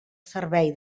servei